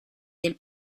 del